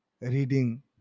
reading